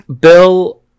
Bill